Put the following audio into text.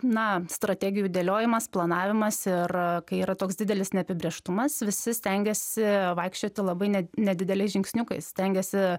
na strategijų dėliojimas planavimas ir kai yra toks didelis neapibrėžtumas visi stengiasi vaikščioti labai nedideliais žingsniukais stengiasi